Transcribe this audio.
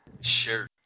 Sure